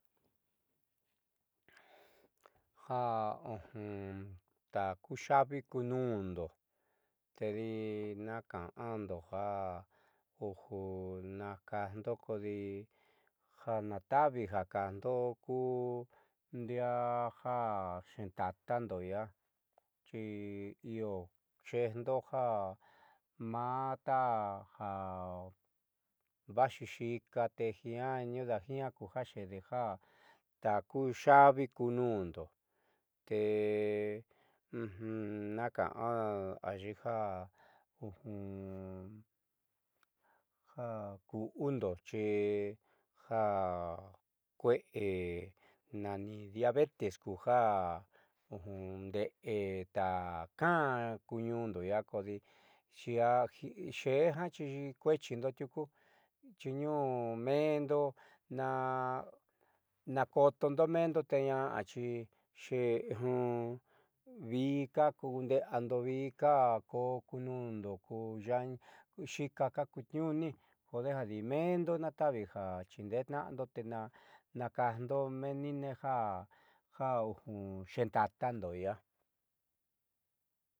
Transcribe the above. Ja takuxa'avi ku nuundo tedi naaka'ando ja na kaajndo kodi ja naataavi ja kajndo ku ndiaa ja ku xeeta'antando iia xi io xeejdo ja maa ta vaaxi yiika tejiaa ñudajiiña kuja xedeja takuxa'avi ku nuundo te naaka'an ayii ja ja ku'undo xi ja kue'e nani diabetes kuja ndeé takan ku ñuundo iia kodi xeé jiaa xi kueechiindo tiuku xi tniuu mendo nakotoondo meendo te ñaaxi viika kunde'eando viika ko ku nu'undo ku xiikaka kuutniuuni kodejadi meendo naata'avi ja xiindetnaándo te na kajndo meniine ja xeeta'citando iia.